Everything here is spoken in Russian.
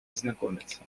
ознакомиться